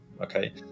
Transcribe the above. Okay